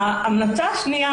ההמלצה השנייה,